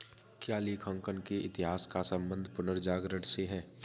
क्या लेखांकन के इतिहास का संबंध पुनर्जागरण से है?